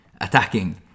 attacking